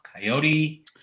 Coyote